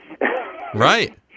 Right